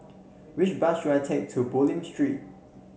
which bus should I take to Bulim Street